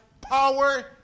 power